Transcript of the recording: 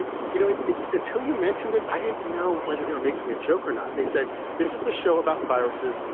you know, it's until you mentioned it, i didn't know whether they were making a joke or not. they said this is the show about viruses,